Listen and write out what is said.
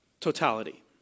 Totality